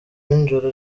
ninjoro